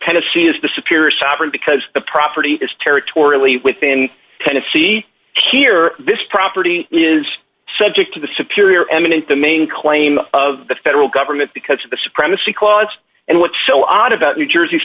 tennessee is the superior sovereign because the property is territorially within tennessee here this property is subject to the superior eminent the main claim of the federal government because of the supremacy clause and what's so odd about new jersey's